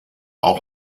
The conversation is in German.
auch